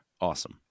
Awesome